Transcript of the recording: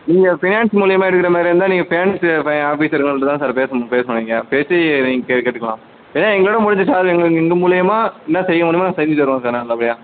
நீங்கள் ஃபினான்ஸ் மூலியமா எடுக்கிற மாதிரி இருந்தால் நீங்கள் பேங்க்கு ஆஃபீஸருங்கள்ட்ட தான் சார் பேசணும் பேசணும் நீங்கள் பேசி நீங்கள் கே கேட்டுக்கலாம் ஏன்னால் எங்களோடய முடிஞ்சு சார் எங்கள் எங்கள் மூலியமா என்னா செய்ய முடியுமோ நாங்கள் செஞ்சுத் தருவோம் சார் நல்லபடியாக